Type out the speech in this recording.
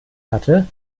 hatte